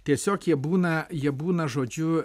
tiesiog jie būna jie būna žodžiu